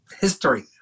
history